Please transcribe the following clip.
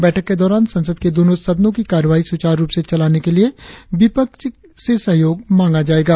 बैठक के दौरान संसद के दोनों सदनों की कार्यवाही सुचारु रुप से चलाने के लिए विपक्ष से सहयोग मांगा जाएगा